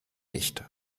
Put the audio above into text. nicht